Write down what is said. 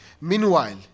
Meanwhile